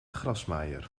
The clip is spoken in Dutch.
grasmaaier